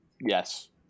Yes